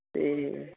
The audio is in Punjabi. ਅਤੇ